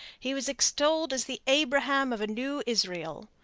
he was extolled as the abraham of a new israel.